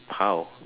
how